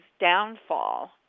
downfall